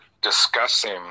discussing